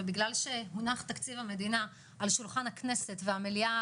ובגלל שהונח תקציב המדינה על שולחן הכנסת והמליאה